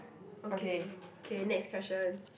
okay okay next question